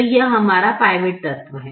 तो यह हमारा पिवोट तत्व है